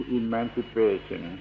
emancipation